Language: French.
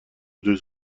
deux